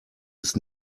ist